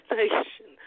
nation